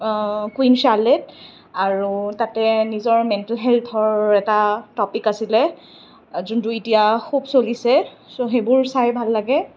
queen Charlotte আৰু তাতে নিজৰ মেণ্টেল হেলথৰ এটা টপিক আছিল যোনটো এতিয়া খুব চলিছে ছ' সেইবোৰ চাই ভাল লাগে